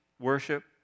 Worship